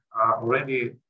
Already